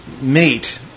mate